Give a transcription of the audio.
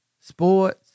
sports